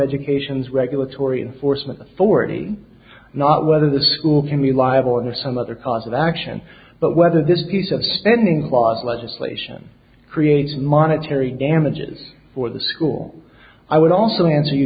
education's regulatory enforcement authority not whether the school can be liable or some other cause of action but whether this piece of spending was legislation creates monetary damages for the school i would also answer you